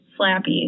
Slappy